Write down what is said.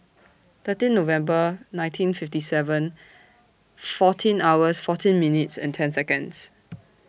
thirteen November nineteen fifty seven fourteen hours fourteen minutes and ten Seconds